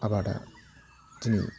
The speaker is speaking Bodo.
आबादा दिनै